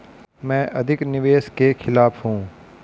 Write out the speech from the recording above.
मैं अधिक निवेश के खिलाफ हूँ